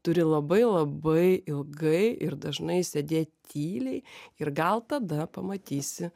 turi labai labai ilgai ir dažnai sėdėt tyliai ir gal tada pamatysi